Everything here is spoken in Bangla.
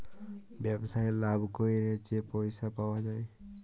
ব্যবসায় লাভ ক্যইরে যে পইসা পাউয়া যায়